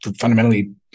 fundamentally